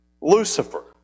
Lucifer